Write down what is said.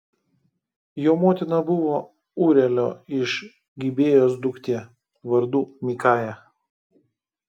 jo motina buvo ūrielio iš gibėjos duktė vardu mikaja